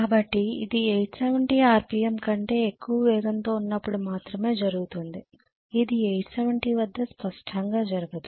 కాబట్టి ఇది 870 ఆర్పిఎమ్ కంటే ఎక్కువ వేగంతో ఉన్నప్పుడు మాత్రమే జరుగుతుంది ఇది 870 వద్ద స్పష్టంగా జరగదు